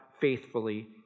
faithfully